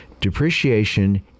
Depreciation